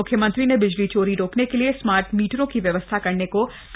मुख्यमंत्री ने बिजली चोरी रोकने के लिए स्मार्ट मीटरों की व्यवस्था करने को कहा